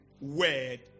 word